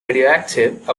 radioactive